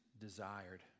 desired